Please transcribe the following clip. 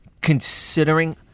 considering